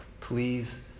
Please